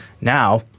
now